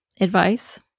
Advice